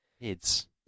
Heads